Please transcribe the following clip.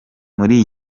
muri